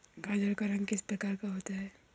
गाजर का रंग किस प्रकार का होता है?